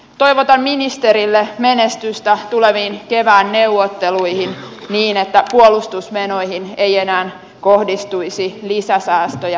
toivotan ministerille menestystä tuleviin kevään neuvotteluihin niin että puolustusmenoihin ei enää kohdistuisi lisäsäästöjä